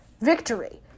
Victory